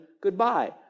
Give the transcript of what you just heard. goodbye